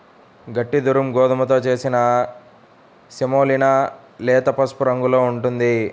గట్టి దురుమ్ గోధుమతో చేసిన సెమోలినా లేత పసుపు రంగులో ఉంటుంది